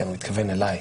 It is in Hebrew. הוא מתכוון אלי.